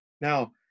Now